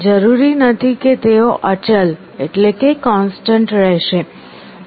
જરૂરી નથી કે તેઓ અચલ રહેશે